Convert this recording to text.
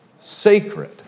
sacred